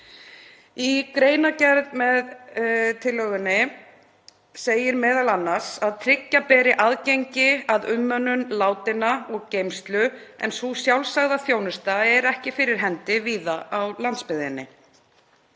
Í greinargerð með tillögunni segir m.a. að tryggja beri aðgengi að umönnun látinna og geymslu líka en sú sjálfsagða þjónusta er ekki fyrir hendi víða á landsbyggðinni.